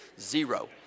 zero